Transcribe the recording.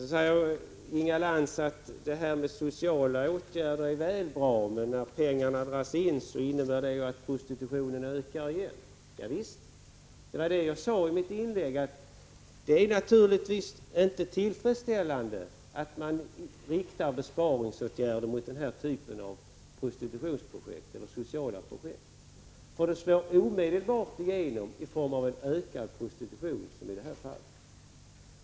Sedan säger Inga Lantz att det är bra med sociala åtgärder, men när pengarna dras in ökar prostitutionen igen. Javisst. Jag sade i mitt inlägg tidigare att det naturligtvis inte är tillfredsställande att man riktar besparingsåtgärder mot den här typen av projekt. Det slår omedelbart igenom i form av ökad prostitution.